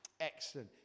Excellent